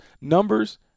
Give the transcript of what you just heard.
numbers